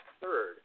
third